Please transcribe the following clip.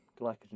glycogen